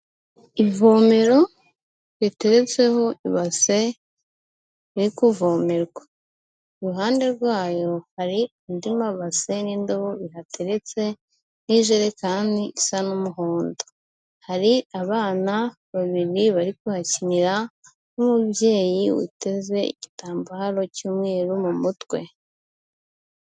Ivomero riteretseho ibase iri kuvomerwa. Iruhande rwayo hari andi mabase n'indobo bihateretse, n'ijerekani isa n'umuhondo, hari abana babiri bari kuhakinira, n'umubyeyi uteze igitambaro cy'umweru mu mutwe.